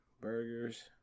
burgers